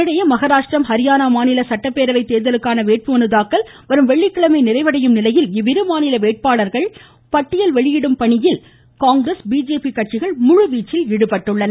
இதனிடையே மகாராஷ்டிரா ஹரியானா மாநில சட்டப்பேரவை தேர்தலுக்கான வேட்புமனு தாக்கல் வரும் வெள்ளிக்கிழமை நிறைவடையும் நிலையில் இவ்விரு மாநில வேட்பாளர்கள் பட்டியல் வெளியிடும் பணியில் காங்கிரஸ் பிஜேபி கட்சிகள் முழுவீச்சில் ஈடுபட்டுள்ளன